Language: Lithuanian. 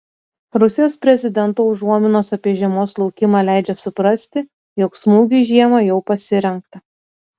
rusijos prezidento užuominos apie žiemos laukimą leidžia suprasti jog smūgiui žiemą jau pasirengta